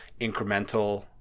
incremental